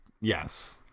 yes